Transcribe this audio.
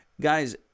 Guys